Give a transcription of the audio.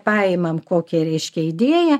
paimam kokią reiškia idėją